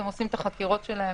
והם עושים את החקירות שלהם